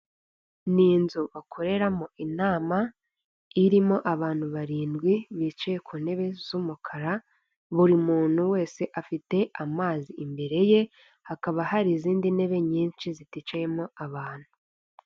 Ni inzu bakoreramo inama irimo abantu barindwi bicaye ku ntebe z'umukara, buri muntu wese afite amazi imbere ye hakaba hari izindi ntebe nyinshi ziticayemo abantu.